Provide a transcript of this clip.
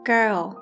Girl